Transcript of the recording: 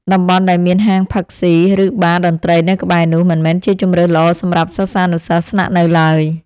តំបន់ដែលមានហាងផឹកស៊ីឬបារតន្ត្រីនៅក្បែរនោះមិនមែនជាជម្រើសល្អសម្រាប់សិស្សានុសិស្សស្នាក់នៅឡើយ។